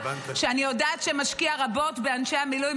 שאני יודעת שמשקיע רבות באנשי המילואים,